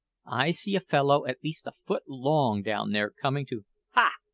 i see a fellow at least a foot long down there coming to ha!